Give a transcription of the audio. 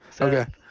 Okay